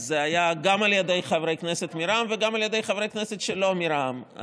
זה היה גם על ידי חברי כנסת מרע"מ וגם על ידי חברי כנסת שלא מרע"מ.